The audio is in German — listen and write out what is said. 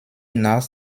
nach